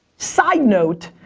side note,